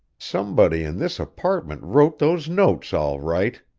somebody in this apartment wrote those notes, all right,